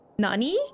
Nani